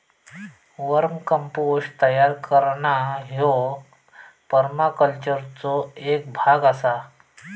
वर्म compost तयार करणा ह्यो परमाकल्चरचो एक भाग आसा